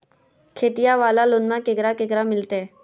खेतिया वाला लोनमा केकरा केकरा मिलते?